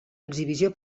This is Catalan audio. exhibició